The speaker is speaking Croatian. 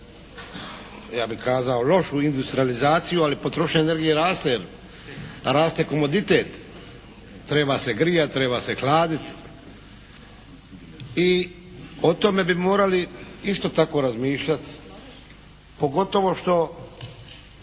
ja bih kazao lošu industrijalizaciju ali potrošnja energije raste, raste komoditet. Treba se grijati, treba se hladiti i o tome bi morali isto tako razmišljati, pogotovo što